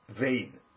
vain